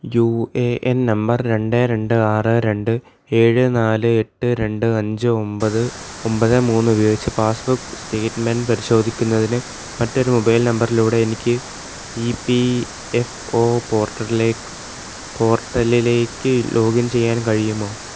you A N number രണ്ട് രണ്ട് ആറ് രണ്ട് ഏഴ് നാല് എട്ട് രണ്ട് അഞ്ച് ഒമ്പത് ഒമ്പത് മൂന്ന് ഉപയോഗിച്ച് പാസ്ബുക്ക് സ്റ്റേറ്റ്മെൻറ്റ് പരിശോധിക്കുന്നതിന് മറ്റൊരു മൊബൈൽ നമ്പർലൂടെ എനിക്ക് ഈ പ്പീ എഫ് ഒ പോർട്ടൽലേക്ക് പോർട്ടലിലേക്ക് ലോഗിൻ ചെയ്യാൻ കഴിയുമോ